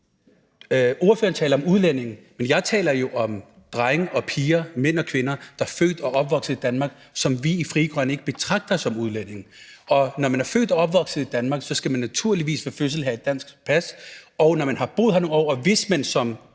ordføreren taler om udlændinge, men jeg taler jo om drenge og piger, mænd og kvinder, som er født og opvokset i Danmark, og som vi i Frie Grønne ikke betragter som udlændinge. Når man er født og opvokset i Danmark, skal man naturligvis ved fødsel have et dansk pas. Og når man har boet her nogle år, skal man som